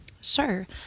Sure